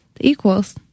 Equals